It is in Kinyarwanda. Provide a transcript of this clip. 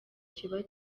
kiba